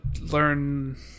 learn